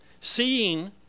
Seeing